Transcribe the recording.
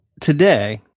today